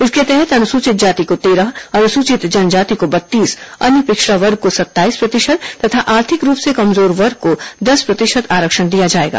इसके तहत अनुसूचित जाति को तेरह अनुसूचित जनजाति को बत्तीस अन्य पिछड़ा वर्ग को सत्ताईस प्रतिशत तथा आर्थिक रूप से कमजोर वर्ग को दस प्रतिशत आरक्षण दिया जाएगा